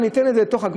אני אתן את זה לגמ"ח,